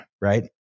Right